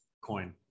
coin